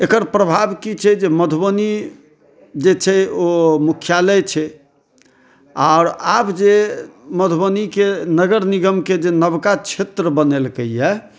एकर प्रभाव कि छै जे मधुबनी जे छै ओ मुख्यालय छै आओर आब जे मधुबनीके नगर निगमके जे नबका क्षेत्र बनैलकैया